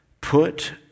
Put